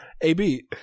Ab